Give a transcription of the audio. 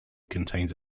contains